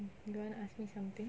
you wanna ask me something